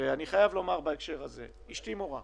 אשתי מורה.